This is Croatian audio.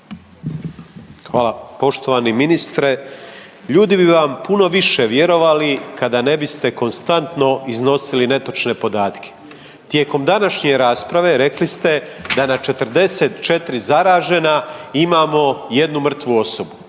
Hvala. Poštovani ministre ljudi bi vam puno više vjerovali kada ne biste konstantno iznosili netočne podatke. Tijekom današnje rasprave rekli ste da na 44 zaražena imamo jednu mrtvu osobu.